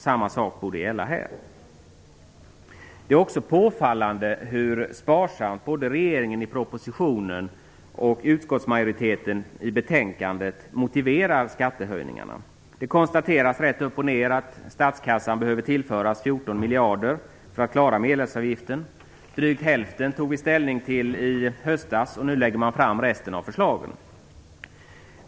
Samma sak borde gälla i detta sammanhang. Det är också påfallande hur sparsamt både regeringen i propositionen och utskottsmajoriteten i betänkandet motiverar alla skattehöjningar. Det konstateras rätt upp och ned att statskassan behöver tillföras 14 miljarder för att man skall klara medlemsavgiften. Drygt hälften tog riksdagen ställning till i höstas, och nu lägger man fram resten av förslagen.